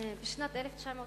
בשנת 1998